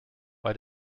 bei